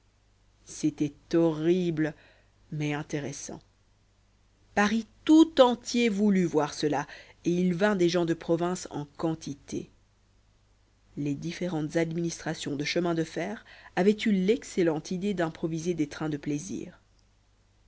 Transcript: c'était horrible mais intéressant paris tout entier voulut voir cela et il vint des gens de province en quantité les différentes administrations de chemins de fer avaient eu l'excellente idée d'improviser des trains de plaisir